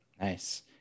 nice